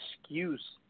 excuse